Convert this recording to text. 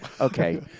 Okay